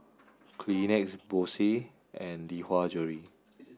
Kleenex Bose and Lee Hwa Jewellery